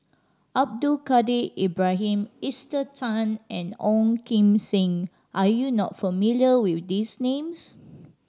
Abdul Kadir Ibrahim Esther Tan and Ong Kim Seng are you not familiar with these names